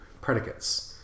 predicates